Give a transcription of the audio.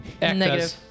Negative